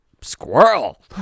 Squirrel